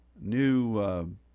new